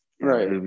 Right